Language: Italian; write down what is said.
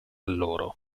loro